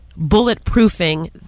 bulletproofing